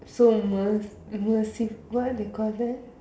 so mer~ mercy what they call that